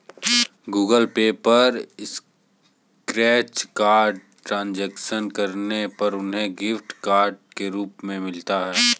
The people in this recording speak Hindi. गूगल पे पर स्क्रैच कार्ड ट्रांजैक्शन करने पर उन्हें गिफ्ट कार्ड के रूप में मिलता है